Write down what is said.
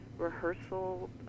rehearsal